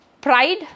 pride